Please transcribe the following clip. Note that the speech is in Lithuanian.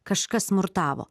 kažkas smurtavo